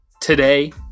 today